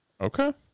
Okay